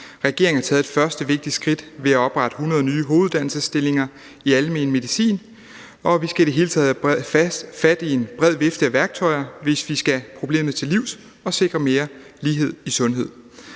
Regeringen har taget et første vigtigt skridt ved at oprette 100 nye hoveduddannelsesstillinger i almen medicin, og vi skal i det hele taget have fat i en bred vifte af værktøjer, hvis vi skal problemet til livs og sikre mere lighed i sundhed.